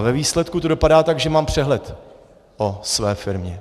Ve výsledku to dopadá tak, že mám přehled o své firmě.